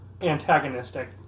antagonistic